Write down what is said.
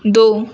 دو